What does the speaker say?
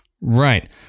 Right